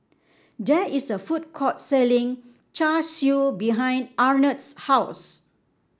there is a food court selling Char Siu behind Arnett's house